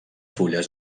fulles